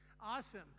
awesome